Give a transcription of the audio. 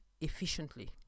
efficiently